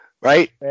right